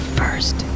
first